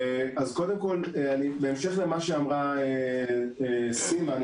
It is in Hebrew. בהמשך למה שאמרה סימה,